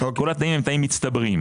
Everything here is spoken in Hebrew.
כל התנאים לפעמים מצטברים,